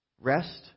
Rest